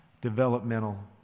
developmental